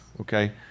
okay